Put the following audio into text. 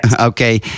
okay